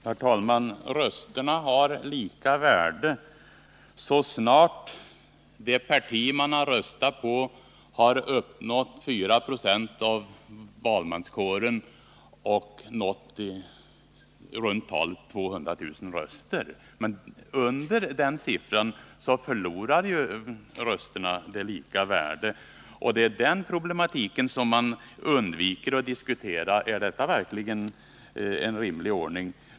Herr talman! Rösterna har lika värde så snart det parti man har röstat på har uppnått 4 70 av valmanskåren, dvs. i runt tal 200 000 röster. Men under den siffran förlorar ju rösterna det lika värdet, och det är den problematiken som utskottet undviker att diskutera. Är detta verkligen en rimlig ordning?